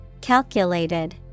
Calculated